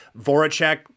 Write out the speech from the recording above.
Voracek